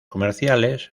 comerciales